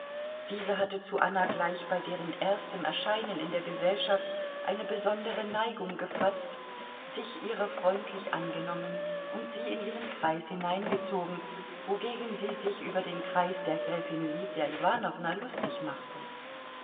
diese hatte zu anna gleich bei deren erstem erscheinen in der gesellschaft eine besondere neigung gefaßt sich ihrer freundlich angenommen und sie in ihren kreis hineingezogen wogegen sie sich über den kreis der gräfin lydia iwanowna lustig machte